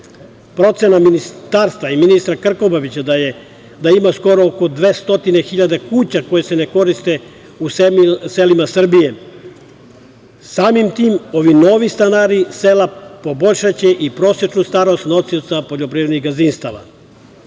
je Ministarstva i ministra Krkobabića da ima skoro oko 200 hiljada kuća koje se ne koriste u selima Srbije. Samim tim, ovi novi stanari sela poboljšaće i prosečnu starost nosioca poljoprivrednih gazdinstava.